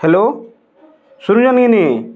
hello ଶୁଣୁଛନ୍ତି କି ନାହିଁ